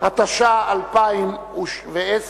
34 בעד, אין